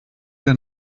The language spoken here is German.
der